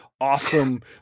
Awesome